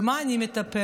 במה אני מטפלת?